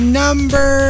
number